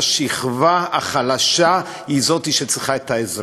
השכבה החלשה היא זאת שצריכה את העזרה.